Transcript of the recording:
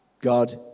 God